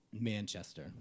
Manchester